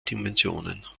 dimensionen